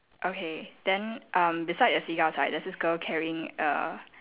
okay then um beside the seagulls right there's this girl carrying a